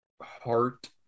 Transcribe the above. heart